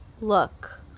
Look